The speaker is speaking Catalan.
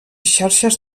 xarxes